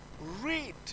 read